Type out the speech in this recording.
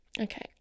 okay